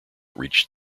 reached